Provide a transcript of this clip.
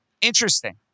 Interesting